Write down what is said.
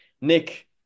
Nick